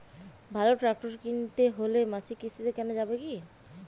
ভালো ট্রাক্টর কিনতে হলে মাসিক কিস্তিতে কেনা যাবে কি?